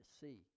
see